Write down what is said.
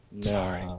Sorry